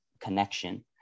connection